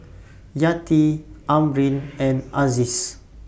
Yati Amrin and Aziz's